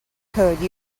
code